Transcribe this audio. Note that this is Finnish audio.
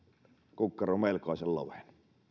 kukkaroon melkoisen loven